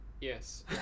Yes